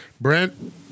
Brent